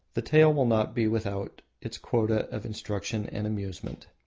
the tale will not be without its quota of instruction and amusement.